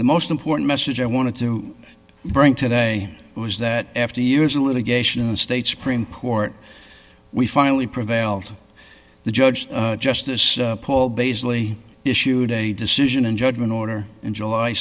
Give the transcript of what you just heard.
the most important message i wanted to bring today was that after years of litigation the state supreme court we finally prevailed the judge justice paul basically issued a decision and judgment order in july